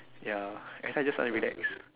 ya that's why I just sounded relax